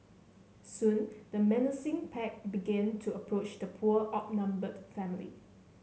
soon the menacing pack began to approach the poor outnumbered family